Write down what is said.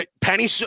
Penny